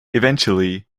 eventually